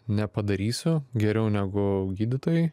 nepadarysiu geriau negu gydytojai